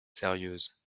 sérieuse